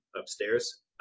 upstairs